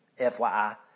FYI